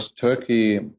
Turkey